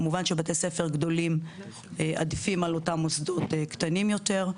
כמובן שבתי ספר גדולים עדיפים על אותם מוסדות קטנים יותר.